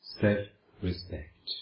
self-respect